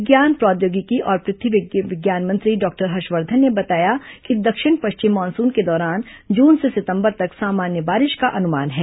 विज्ञान प्रौद्योगिकी और पृथ्वी विज्ञान मंत्री डॉक्टर हर्षवर्धन ने बताया कि दक्षिण पश्चिम मानसून के दौरान जून से सितंबर तक सामान्य बारिश का अनुमान है